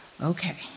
Okay